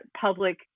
public